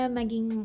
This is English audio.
maging